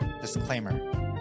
Disclaimer